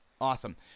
Awesome